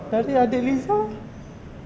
pada adik liza